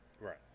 Right